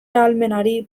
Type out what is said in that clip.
ahalmenari